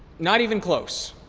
not even close.